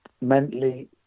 mentally